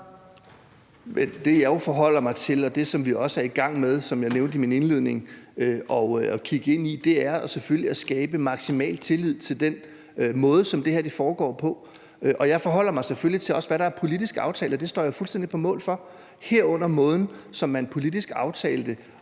som jeg forholder mig til, og det, som vi, som jeg også nævnte i min indledning, er i gang med at kigge ind i, er selvfølgelig at skabe en maksimal tillid til den måde, som det her foregår på. Og jeg forholder mig selvfølgelig også til, hvad der politisk er aftalt, og det står jeg fuldstændig på mål for, herunder måden, man politisk aftalte